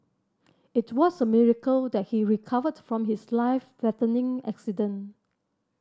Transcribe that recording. it was a miracle that he recovered from his life threatening accident